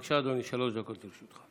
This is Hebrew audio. בבקשה, אדוני, שלוש דקות לרשותך.